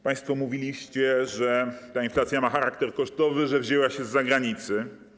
Państwo mówiliście, że ta inflacja ma charakter kosztowy, że wzięła się z zagranicy.